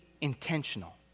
intentional